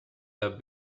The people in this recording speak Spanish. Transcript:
las